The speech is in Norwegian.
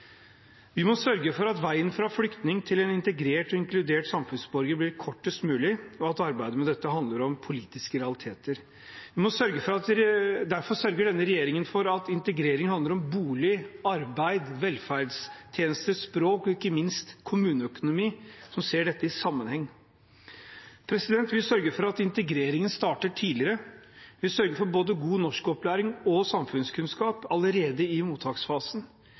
Vi må sørge for at veien fra flyktning til en integrert og inkludert samfunnsborger blir kortest mulig, og arbeidet med dette handler om politiske realiteter. Derfor sørger denne regjeringen for at integrering handler om bolig, arbeid, velferdstjenester, språk og ikke minst kommuneøkonomi, som ser dette i sammenheng. Vi sørger for at integreringen starter tidligere. Vi sørger for både god norskopplæring og samfunnskunnskap allerede i mottaksfasen.